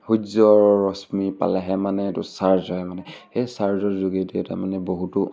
সূৰ্যৰ ৰশ্মি পালেহে মানে এইটো চাৰ্জ হয় মানে সেই চাৰ্জৰ যোগেদি তাৰমানে বহুতো